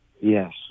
Yes